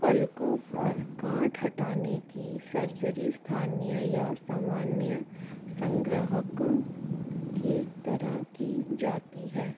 पलकों पर गाँठ हटाने की सर्जरी स्थानीय या सामान्य संग्रहकों के तरह की जाती है